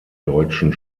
deutschen